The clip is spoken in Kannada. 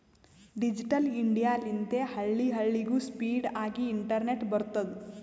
ಡಿಜಿಟಲ್ ಇಂಡಿಯಾ ಲಿಂತೆ ಹಳ್ಳಿ ಹಳ್ಳಿಗೂ ಸ್ಪೀಡ್ ಆಗಿ ಇಂಟರ್ನೆಟ್ ಬರ್ತುದ್